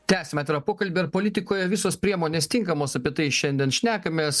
tęsiam atvirą pokalbį ar politikoj visos priemonės tinkamos apie tai šiandien šnekamės